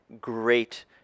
great